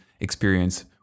experience